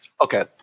Okay